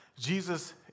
Jesus